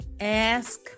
Ask